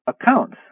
accounts